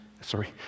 Sorry